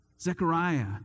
Zechariah